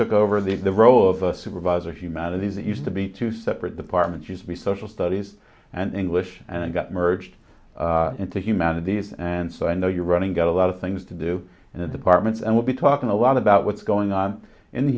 took over the the role of a supervisor humanities that used to be two separate departments used to be social studies and english and got merged into humanities and so i know your running got a lot of things to do in the departments and we'll be talking a lot about what's going on in the